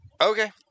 Okay